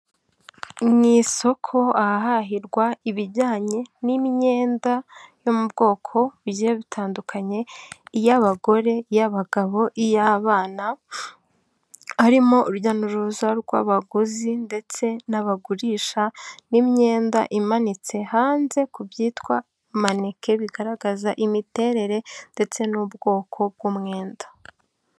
Ni isoko ahahahirwa ibijyanye n'imyenda yo mu bwoko bugiye butandukanye; iy'abagore y'abagabo iy'abana arimo urujya n'uruza rw'abaguzi ndetse n'abagurisha, n'imyenda imanitse hanze ku byitwa maneke bigaragaza imiterere ndetse n'ubwoko bw'umwenda.